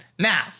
Now